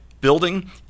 building